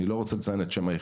לא רוצה לציין את שמה,